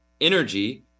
energy